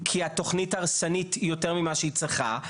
כי התוכנית הרסנית יותר ממה שהיא צריכה,